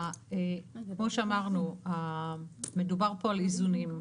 כמו שאמרנו, מדובר פה על איזונים.